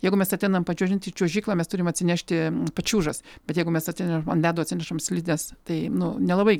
jeigu mes ateinam pačiuožinėt į čiuožyklą mes turim atsinešti pačiūžas bet jeigu mes atsine ant ledo atsinešam slides tai nu nelabai